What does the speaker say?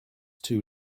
too